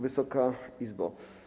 Wysoka Izbo!